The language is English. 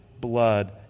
blood